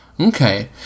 Okay